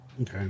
Okay